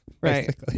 Right